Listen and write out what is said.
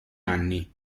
anni